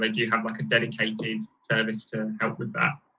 and you have like a dedicated service to help with that?